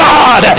God